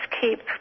keep